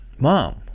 mom